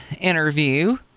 interview